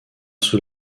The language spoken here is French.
sous